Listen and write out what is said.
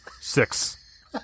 Six